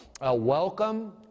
Welcome